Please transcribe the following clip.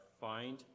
find